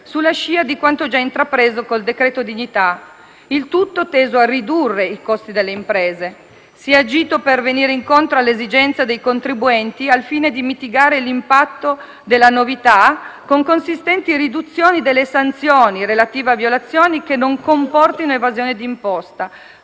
sulla scia di quanto già intrapreso col decreto-legge dignità; il tutto teso a ridurre i costi delle imprese. Si è agito per venire incontro all'esigenza dei contribuenti al fine di mitigare l'impatto della novità, con consistenti riduzioni delle sanzioni relative a violazioni che non comportino evasione d'imposta,